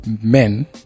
men